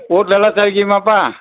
வீட்ல எல்லாம் சௌக்கியமாப்பா